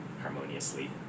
harmoniously